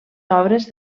obres